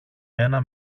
ένα